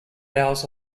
boughs